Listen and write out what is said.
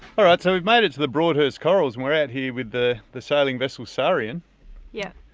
all right, so we've made it to the broadhurst corals and we're out here with the the sailing vessel, sarean. yeah.